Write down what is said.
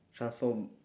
transform